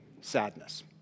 sadness